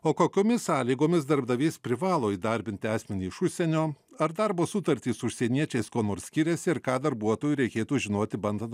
o kokiomis sąlygomis darbdavys privalo įdarbinti asmenį iš užsienio ar darbo sutartys su užsieniečiais kuo nors skiriasi ir ką darbuotojui reikėtų žinoti bandant